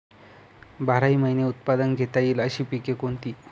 बाराही महिने उत्पादन घेता येईल अशी पिके कोणती?